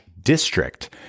district